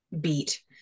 beat